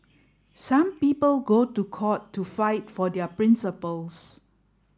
some people go to court to fight for their principles